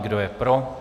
Kdo je pro?